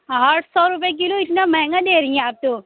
آٹھ سو روپئے کلو اتنا مہنگا دے رہی ہیں آپ تو